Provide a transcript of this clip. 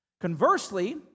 Conversely